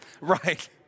Right